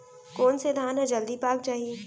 कोन से धान ह जलदी पाक जाही?